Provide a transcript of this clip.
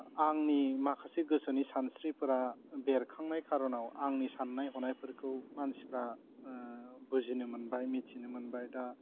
आंनि माखासे गोसोनि सानस्रिफ्रा बेरखांनाय खार'नाव आंनि सान्नाय हनायफोरखौ मानसिफ्रा बुजिनो मोनबाय मिथिनो मोनबाय दा